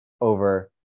over